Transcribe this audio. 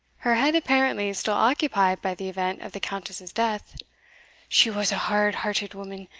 her head apparently still occupied by the event of the countess's death she was a hard-hearted woman,